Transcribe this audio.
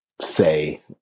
say